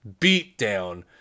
beatdown